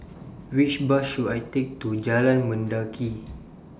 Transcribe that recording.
Which Bus should I Take to Jalan Mendaki